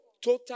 Total